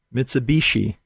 Mitsubishi